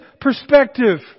perspective